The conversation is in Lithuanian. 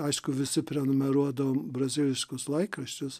aišku visi prenumeruodavom braziliškus laikraščius